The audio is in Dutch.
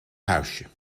huisje